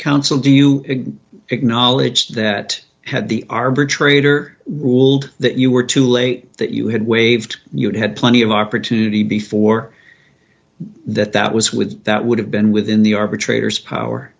counsel do you acknowledge that had the arbitrator ruled that you were too late that you had waived you'd had plenty of opportunity before that that was with that would have been within the arbitrators power